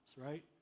right